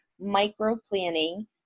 micro-planning